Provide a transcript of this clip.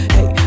Hey